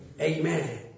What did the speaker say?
Amen